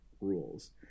rules